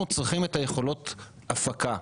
אנחנו צריכים את יכולות ההפקה.